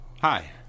Hi